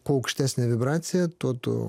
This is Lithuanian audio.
kuo aukštesnė vibracija tuo tu